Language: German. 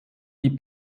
die